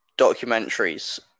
documentaries